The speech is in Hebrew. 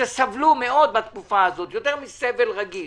שסבלו מאוד בתקופה הזאת יותר מסבל רגיל